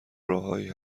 راههایی